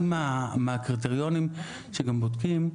מהקריטריונים שגם בודקים,